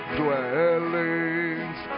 dwellings